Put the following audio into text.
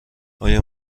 آیا